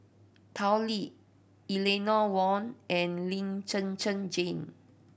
Tao Li Eleanor Wong and Lee Zhen Zhen Jane